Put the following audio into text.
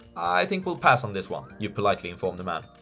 i think we'll pass on this one you politely inform the man.